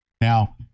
Now